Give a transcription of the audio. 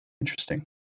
Interesting